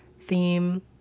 theme